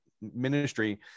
ministry